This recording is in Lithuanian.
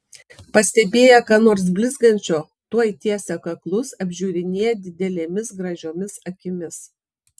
pastebėję ką nors blizgančio tuoj tiesia kaklus apžiūrinėja didelėmis gražiomis akimis